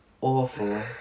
Awful